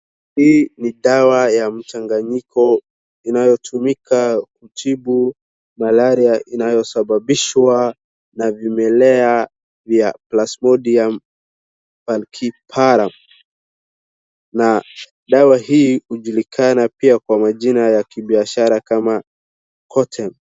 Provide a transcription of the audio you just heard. Hii dawa ya mchanganyiko inayo tumika kutibu Malaria inayosababishwa na vimelea vya Plasmodium falciparum. Na dawa hii hujulikana pia kwa majina ya kibiashara kama Coartem.